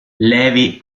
levi